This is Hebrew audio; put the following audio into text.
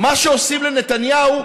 "מה שעושים לנתניהו,